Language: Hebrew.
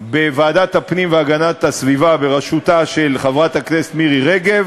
בוועדת הפנים והגנת הסביבה בראשותה של חברת הכנסת מירי רגב,